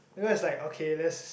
because is like okay let's